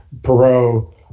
Perot